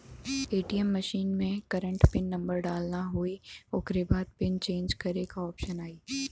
ATM machine में current pin number डालना होई ओकरे बाद पिन चेंज करे क ऑप्शन आई